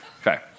Okay